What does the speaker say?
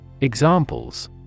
Examples